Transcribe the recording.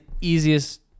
easiest